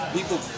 People